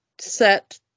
set